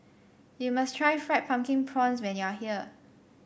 you must try Fried Pumpkin Prawns when you are here